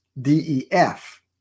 DEF